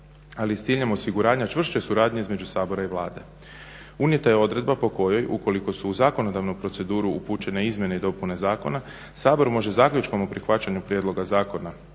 ali i s ciljem osiguranja čvršće suradnje između Sabora i Vlade. Unijeta je odredba po kojoj ukoliko su u zakonodavnu proceduru upućene izmjene i dopune zakona Sabor može zaključkom o prihvaćanju prijedloga zakona